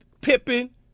Pippen